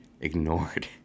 ignored